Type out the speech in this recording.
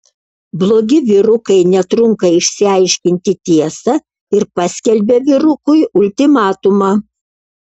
blogi vyrukai netrunka išsiaiškinti tiesą ir paskelbia vyrukui ultimatumą